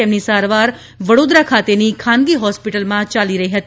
તેમની સારવાર વડોદરા ખાતેની ખાનગી હોસ્પિટલમાં યાલી રહી હતી